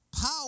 Power